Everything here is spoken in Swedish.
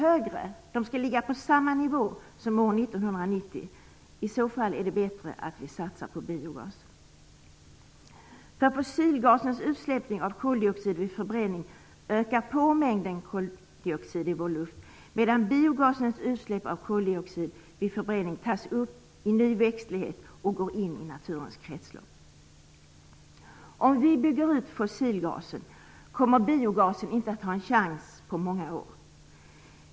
Utsläppen skall år 2000 inte vara högre utan ligga på samma nivå som år 1990. Fossilgasens utsläpp av koldioxid vid förbränning ökar på mängden koldioxid i vår luft, medan biogasens utsläpp av koldioxid vid förbränning tas upp i ny växtlighet och går in i naturens kretslopp. Om vi bygger ut fossilgasen kommer biogasen inte att ha en chans på många år.